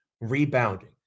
rebounding